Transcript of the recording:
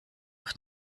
auf